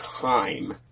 time